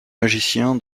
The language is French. magicien